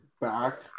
back